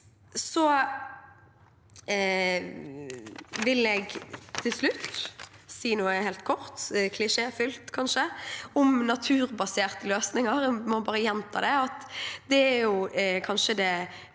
Jeg vil til slutt si noe helt kort – klisjéfylt, kanskje – om naturbaserte løsninger. Jeg må bare gjenta at